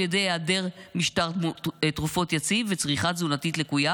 ידי היעדר משטר תרופות יציב וצריכה תזונתית לקויה,